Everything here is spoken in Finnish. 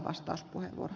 ukkolan